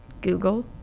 Google